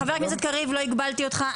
חבר הכנסת קריב, לא הגבלתי אותך.